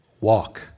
walk